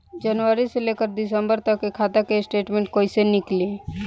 जनवरी से लेकर दिसंबर तक के खाता के स्टेटमेंट कइसे निकलि?